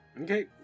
Okay